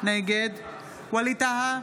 נגד ווליד טאהא,